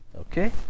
okay